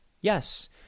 Yes